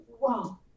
wow